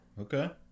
Okay